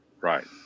Right